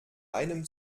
einem